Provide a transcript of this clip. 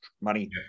money